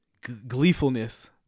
gleefulness